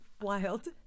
wild